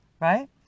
Right